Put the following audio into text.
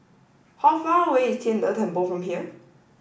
how far away is Tian De Temple from here